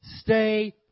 stay